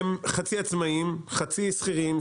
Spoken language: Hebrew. הם חצי עצמאים וחצי שכירים.